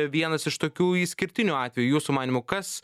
vienas iš tokių išskirtinių atvejų jūsų manymu kas